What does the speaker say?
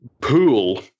pool